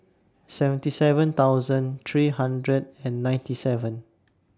seventy seven thousand three hundred and ninety seven